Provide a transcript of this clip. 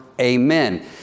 Amen